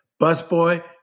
Busboy